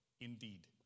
indeed